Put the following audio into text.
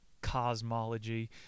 cosmology